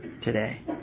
today